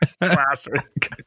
classic